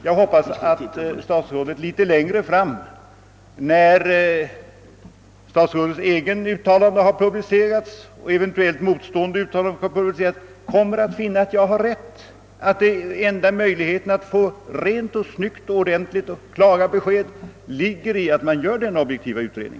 Jag hoppas att statsrådet litet längre fram, när statsrådets eget uttalande och eventuellt motstående uttalanden har publicerats, kommer att finna att jag har rätt — att enda möjligheten att få rent och snyggt och att erhålla klara besked, ligger i att göra en objektiv utredning.